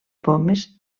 pomes